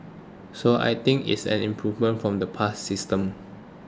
so I think it is an improvement from the past system